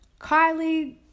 Kylie